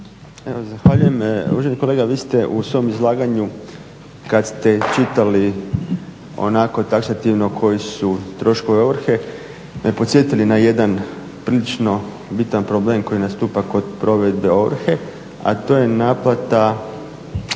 Zahvaljujem. Uvaženi kolega, vi ste u svom izlaganju kad ste čitali onako taksativno koji su troškovi ovrhe me podsjetili na jedan prilično bitan problem koji nastupa kod provedbe ovrhe, a to je naplata